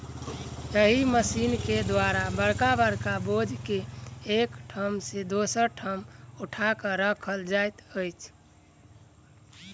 एहि मशीन के द्वारा बड़का बड़का बोझ के एक ठाम सॅ दोसर ठाम उठा क राखल जाइत अछि